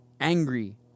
angry